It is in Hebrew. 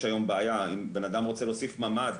יש היום בעיה, בן אדם רוצה להוסיף ממ"ד,